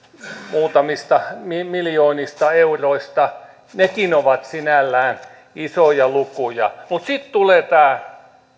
muutamista miljoonista euroista nekin ovat sinällään isoja lukuja mutta sitten tulee tämä